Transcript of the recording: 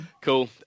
Cool